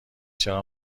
چرا